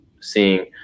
seeing